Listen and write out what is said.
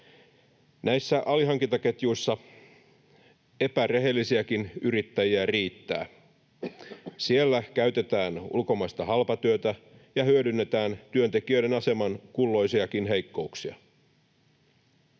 Näissä alihankintaketjuissa epärehellisiäkin yrittäjiä riittää. Siellä käytetään ulkomaista halpatyötä ja hyödynnetään työntekijöiden aseman kulloisiakin heikkouksia.